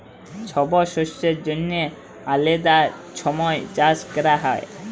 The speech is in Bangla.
ছব শস্যের জ্যনহে আলেদা ছময় চাষ ক্যরা হ্যয়